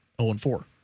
0-4